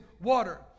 water